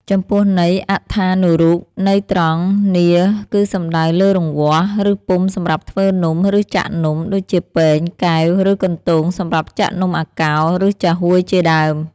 ចំពោះន័យអត្ថានុរូប ន័យត្រង់ នាឡិ គឺសំដៅលើរង្វាស់ ឬពុម្ពសម្រាប់ធ្វើនំ ឬចាក់នំ ដូចជាពែង កែវ ឬកន្ទោងសម្រាប់ចាក់នំអាកោរ ឬចាហួយជាដើម។